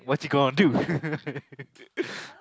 what you gonna do